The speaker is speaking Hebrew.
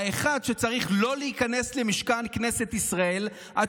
האחד שצריך לא להיכנס למשכן כנסת ישראל עד